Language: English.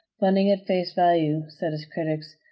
funding at face value, said his critics,